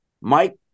Mike